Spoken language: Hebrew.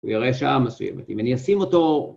‫הוא יראה שעה מסוימת. ‫אם אני אשים אותו...